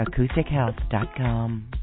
AcousticHealth.com